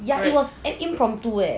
ya it was an impromptu eh